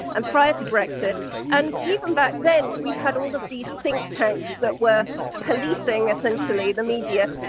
and prior to brexit and even back then, we had all of these think tanks that were policing, essentially, the media.